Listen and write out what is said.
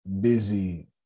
busy